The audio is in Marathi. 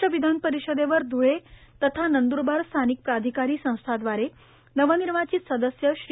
महाराष्ट्र विधानपरिषदेवर धुळे तथा नंदुरबार स्थानिक प्राधिकारी संस्थाद्वारे नवनिर्वाचित सदस्य श्री